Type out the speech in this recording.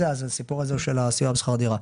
אז הסיפור הזה של הסיוע בשכר דירה.